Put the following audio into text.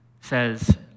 says